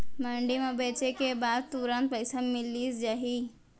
मंडी म बेचे के बाद तुरंत पइसा मिलिस जाही?